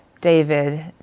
David